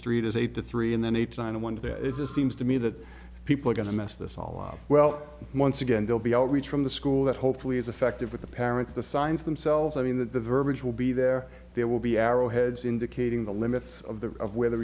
street is eight to three and then eight to nine in one day it just seems to me that people are going to mess this all well once again they'll be outreach from the school that hopefully is effective with the parents the signs themselves i mean that the verbiage will be there there will be arrow heads indicating the limits of the of where the